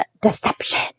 deception